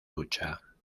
lucha